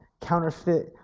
counterfeit